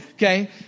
Okay